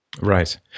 Right